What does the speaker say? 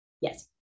Yes